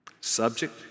Subject